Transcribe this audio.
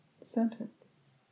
sentence